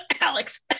Alex